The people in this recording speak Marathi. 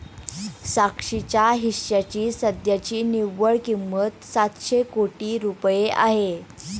साक्षीच्या हिश्श्याची सध्याची निव्वळ किंमत सातशे कोटी रुपये आहे